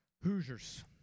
Hoosiers